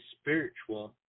spiritual